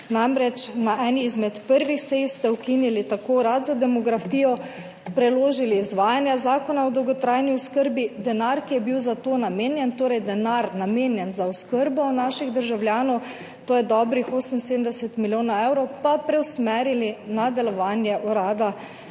namreč na eni izmed prvih sej ste ukinili tako Urad za demografijo, preložili izvajanje Zakona o dolgotrajni oskrbi, denar, ki je bil namenjen za to, torej denar namenjen za oskrbo naših državljanov, to je dobrih 78 milijonov evrov, pa preusmerili na delovanje urada za